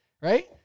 right